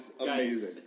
amazing